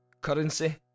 currency